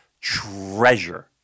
treasure